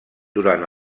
durant